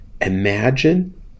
imagine